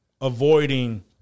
avoiding